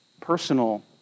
personal